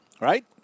right